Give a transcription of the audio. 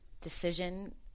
decision